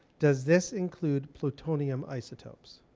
does this include plutonium isotopes?